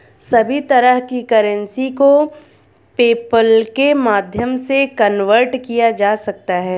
सभी तरह की करेंसी को पेपल्के माध्यम से कन्वर्ट किया जा सकता है